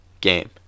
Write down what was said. game